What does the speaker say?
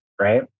right